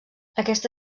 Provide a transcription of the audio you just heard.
aquesta